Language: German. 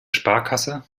sparkasse